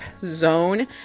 zone